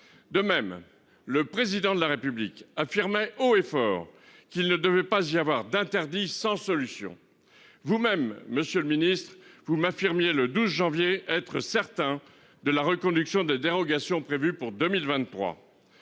De même, le président de la République affirmer haut et fort qu'il ne devait pas y avoir d'interdit sans solution vous-même Monsieur le Ministre, vous m'affirmiez le 12 janvier être certain de la reconduction de dérogations prévues pour 2023.